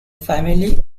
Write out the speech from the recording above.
family